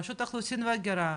ברשות האוכלוסין וההגירה,